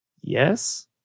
Yes